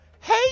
Hey